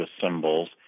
symbols